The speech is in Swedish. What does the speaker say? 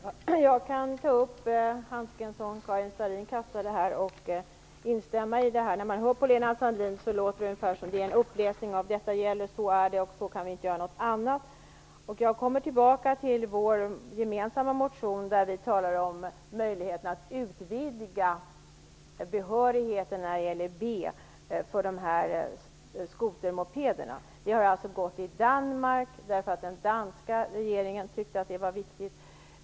Fru talman! Jag kan ta upp den handske som Karin Starrin kastade, och instämma i vad hon sade. När man hör Lena Sandlin låter det ungefär som en uppläsning; detta gäller, så är det och vi kan inte göra något annat. Jag kommer tillbaka till vår gemensamma motion där vi talar om möjligheten att utvidga B behörigheten i fråga om skotermopederna. Det har gått i Danmark, eftersom den danska regeringen tyckte att det var viktigt.